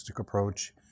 approach